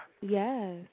Yes